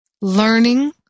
learning